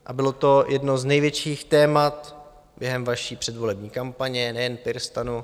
A bylo to jedno z největších témat během vaší předvolební kampaně, nejen PirSTANu.